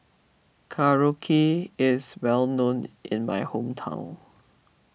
Korokke is well known in my hometown